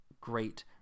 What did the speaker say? great